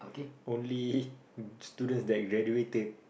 only students that graduated